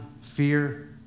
fear